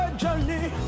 journey